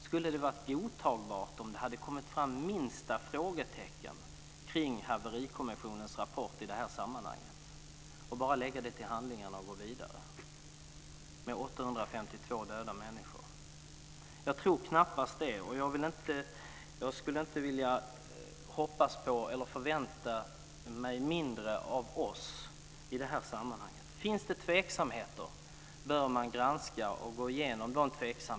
Skulle det ha varit godtagbart om det hade kommit fram ett minsta frågetecken kring haverikommissionens rapport i det här sammanhanget att bara lägga det till handlingarna och gå vidare, med 852 döda människor? Jag tror knappast det. Jag skulle inte vilja förvänta mig mindre av oss i det här sammanhanget. Finns det tveksamheter bör man granska och gå igenom dessa.